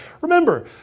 Remember